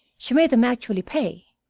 she made them actually pay,